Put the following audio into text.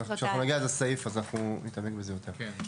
כשנגיע לסעיף אנחנו נתעמק בזה יותר.